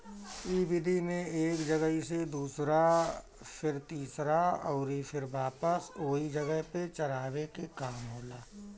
इ विधि में एक जगही से दूसरा फिर तीसरा अउरी फिर वापस ओही जगह पे चरावे के काम होला